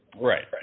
Right